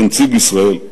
כנציג ישראל,